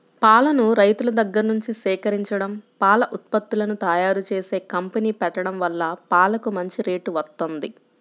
పాలను రైతుల దగ్గర్నుంచి సేకరించడం, పాల ఉత్పత్తులను తయ్యారుజేసే కంపెనీ పెట్టడం వల్ల పాలకు మంచి రేటు వత్తంది